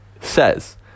says